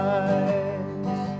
eyes